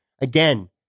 again